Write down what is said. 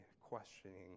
questioning